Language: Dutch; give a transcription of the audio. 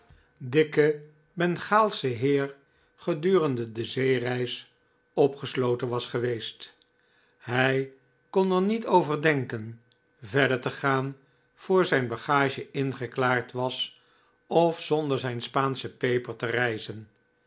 bengaalsche heer gedurende de zeereis opgesloten was geweest hij kon er niet over denken verder te gaan voor zijn bagage ingeklaard was of zonder zijn spaansche peper te reizen